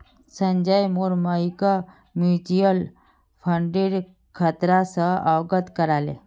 संजय मोर मइक म्यूचुअल फंडेर खतरा स अवगत करा ले